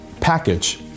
package